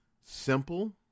Simple